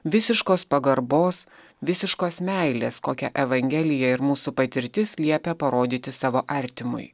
visiškos pagarbos visiškos meilės kokia evangelija ir mūsų patirtis liepia parodyti savo artimui